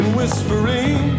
whispering